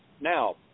Now